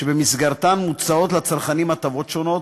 שבמסגרתן מוצעות לצרכנים הטבות שונות,